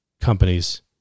companies